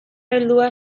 heldua